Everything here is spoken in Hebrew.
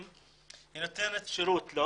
נכון?